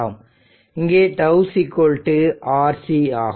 இங்கே τ RC ஆகும்